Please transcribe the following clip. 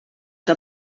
que